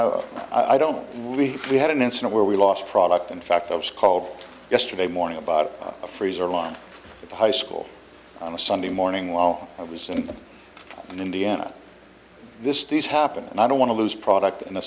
i don't really we had an incident where we lost product in fact it was called yesterday morning about a freezer line at the high school on a sunday morning while i was in indiana this does happen and i don't want to lose product